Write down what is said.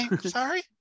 Sorry